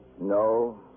No